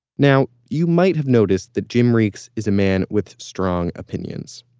now, you might have noticed that jim reekes is a man with strong opinions.